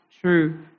true